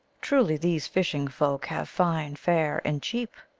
truly these fish ing-folk have fine fare, and cheap!